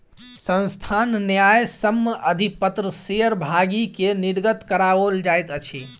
संस्थान न्यायसम्य अधिपत्र शेयर भागी के निर्गत कराओल जाइत अछि